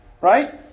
Right